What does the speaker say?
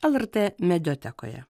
lrt mediatekoje